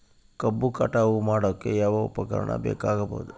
ಕಬ್ಬು ಕಟಾವು ಮಾಡೋಕೆ ಯಾವ ಉಪಕರಣ ಬೇಕಾಗಬಹುದು?